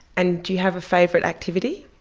and do you have a favorite activity?